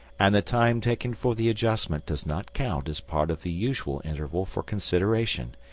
and the time taken for the adjustment does not count as part of the usual interval for consideration.